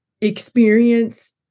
experience